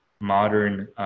modern